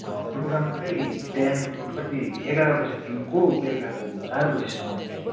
programme चाहिँ बिहान कति एघार बजीदेखिको बेलुकाको चार बजीसम्म चाहिँ